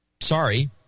sorry